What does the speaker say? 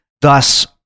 thus